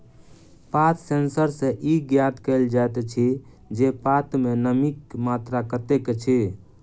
पात सेंसर सॅ ई ज्ञात कयल जाइत अछि जे पात मे नमीक मात्रा कतेक अछि